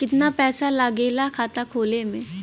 कितना पैसा लागेला खाता खोले में?